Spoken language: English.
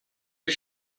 you